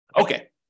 Okay